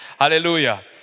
Hallelujah